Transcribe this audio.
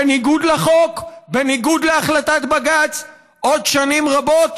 בניגוד לחוק, בניגוד להחלטת בג"ץ, עוד שנים רבות.